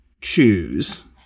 choose